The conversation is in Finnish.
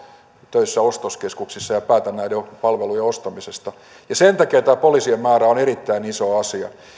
töissä ostoskeskuksissa ja päätä näiden palvelujen ostamisesta sen takia poliisien määrä on erittäin iso asia